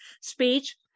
speech